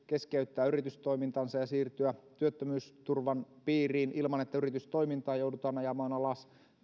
keskeyttää yritystoimintansa ja siirtyä työttömyysturvan piiriin ilman että yritystoimintaa joudutaan ajamaan alas